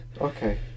Okay